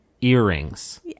earrings